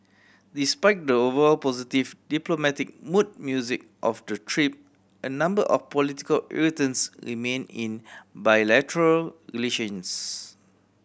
despite the overall positive diplomatic mood music of the trip a number of political irritants remain in bilateral relations